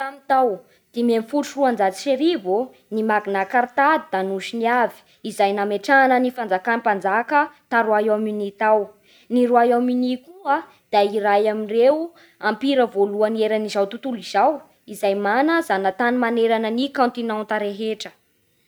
Tamin'ny tao dimy ambin'ny folo sy roanjato sy arivo ô ny Magna Carta da nosoniavy izay nametrahana ny fanjakan'ny mpanjaka ta Royaume-Uni tao. Ny Royaume-Uni koa da iray amin'ireo ampira voalohany eran'izao tontolo izao izay mana zana-tany manerana ny kaontinanta rehetra.